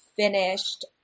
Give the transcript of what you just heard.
finished